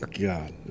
God